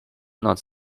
not